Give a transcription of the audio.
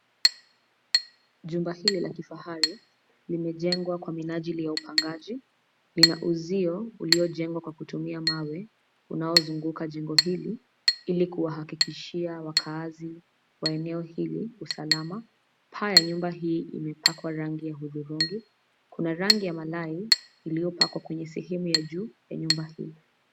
Jumba hili la kifahari limejengwa kwa minajili ya upangaji. Lina uzio uliojengwa kwa kutumia mawe, unaozunguka jengo hili; ili kuwahakikishia wakazi wa eneo hili usalama. Paa ya nyumba hii imepakwa rangi ya hudhurungi. Kuna rangi ya malai iliyopakwa kwenye sehemu ya juu ya nyumba hii.